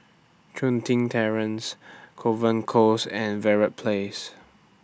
Chun Tin Terrace Kovan Close and Verde Place